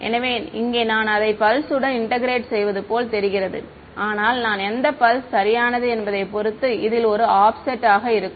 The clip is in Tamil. எனவே இங்கே நான் அதே பல்ஸ் உடன் இன்டெக்ரேட் செய்யவது போல் தெரிகிறது ஆனால் நான் எந்த பல்ஸ் சரியானது என்பதைப் பொறுத்து இதில் ஒரு ஆஃப்செட் இருக்கும்